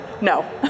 No